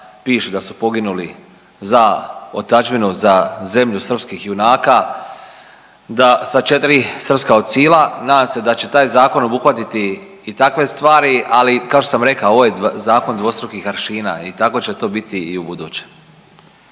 piše da su poginuli za otadžbinu za zemlju srpskih junaka, da sa 4 srpska ocila. Nadam se da će taj zakon obuhvatiti i takve stvari, ali kao što sam rekao ovo je zakon dvostrukih aršina i tako će to biti i ubuduće.